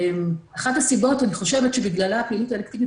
אחת הסיבות שאני חושבת שבגללה הפעילות האלקטיבית